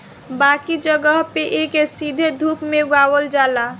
बाकी जगह पे एके सीधे धूप में उगावल जाला